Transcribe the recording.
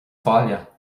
bhaile